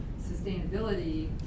sustainability